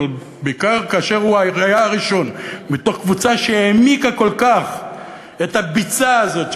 ובעיקר כאשר הוא היה הראשון מתוך קבוצה שהעמיקה כל כך את הביצה הזאת,